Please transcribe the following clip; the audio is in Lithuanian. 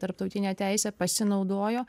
tarptautine teise pasinaudojo